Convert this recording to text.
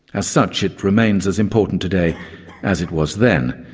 as such, it remains as important today as it was then.